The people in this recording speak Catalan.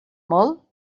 molt